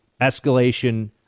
escalation